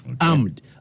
armed